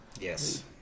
Yes